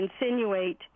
insinuate—